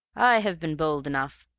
i have been bold enough,